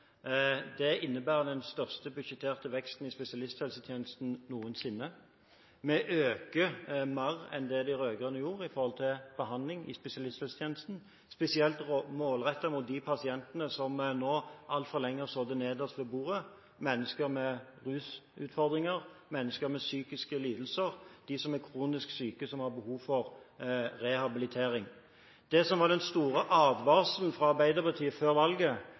spesialisthelsetjenesten noensinne. Vi øker mer enn det de rød-grønne gjorde når det gjelder behandling i spesialisthelsetjenesten, spesielt målrettet mot de pasientene som altfor lenge nå har sittet nederst ved bordet – mennesker med rusutfordringer, mennesker med psykiske lidelser, de som er kronisk syke, som har behov for rehabilitering. Det som var den store advarselen fra Arbeiderpartiet før valget,